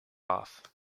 off